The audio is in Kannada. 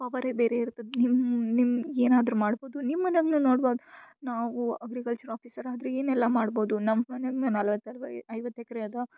ಪವರೇ ಬೇರೆ ಇರ್ತದೆ ನಿಮ್ಮ ನಿಮ್ಮ ಏನಾದರು ಮಾಡ್ಬೋದು ನಿಮ್ಮನೆಯಾಗೂ ನೋಡ್ಬೋದು ನಾವು ಅಗ್ರಿಕಲ್ಚರ್ ಆಫೀಸರ್ ಆದರೆ ಏನೆಲ್ಲಾ ಮಾಡ್ಬೋದು ನಮ್ಮ ನಿಮ್ಮ ನಲವತ್ತು ಐವತ್ತು ಎಕ್ರೆ ಅದ